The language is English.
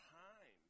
time